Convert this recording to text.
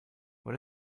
what